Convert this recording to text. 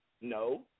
No